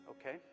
Okay